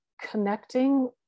connecting